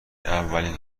اولین